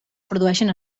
produïxen